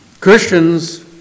Christians